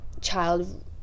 child